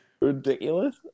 Ridiculous